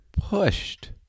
pushed